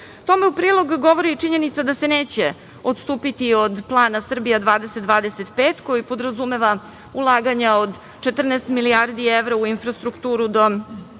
Tome u prilog govori činjenica da se neće odstupiti od plana Srbija 2020-2025 koji podrazumeva ulaganja od 14 milijardi evra u infrastrukturu do